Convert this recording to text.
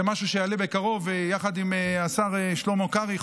זה משהו שיעלה בקרוב יחד עם השר שלמה קרעי,